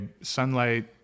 Sunlight